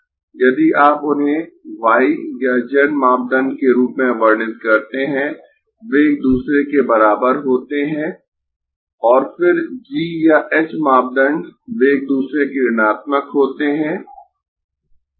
यदि आप उन्हें y या z मापदंड के रूप में वर्णित करते है वे एक दूसरे के बराबर होते है और फिर g या h मापदंड वे एक दूसरे के ऋणात्मक होते है